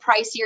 pricier